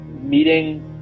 meeting